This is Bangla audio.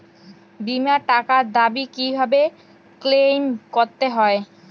বিমার টাকার দাবি কিভাবে ক্লেইম করতে হয়?